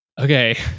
Okay